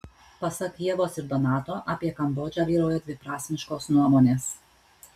pasak ievos ir donato apie kambodžą vyrauja dviprasmiškos nuomonės